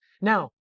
Now